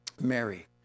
Mary